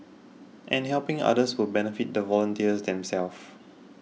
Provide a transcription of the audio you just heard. and helping others will benefit the volunteers themselves